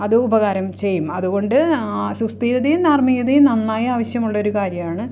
അത് ഉപകാരം ചെയ്യും അതുകൊണ്ട് ആ സുസ്ഥിരതയും ധാർമ്മികതയും നന്നായി ആവശ്യമുള്ളൊരു കാര്യമാണ്